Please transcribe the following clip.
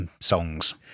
songs